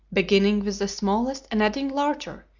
beginning with the smallest and adding larger,